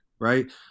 right